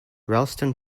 ralston